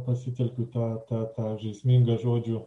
pasitelkiu tą tą žaismingą žodžių